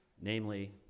Namely